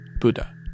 Buddha